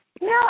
No